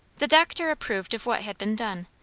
the doctor approved of what had been done,